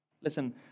listen